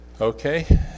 Okay